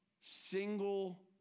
single